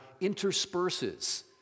intersperses